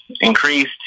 increased